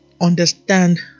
Understand